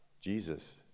Jesus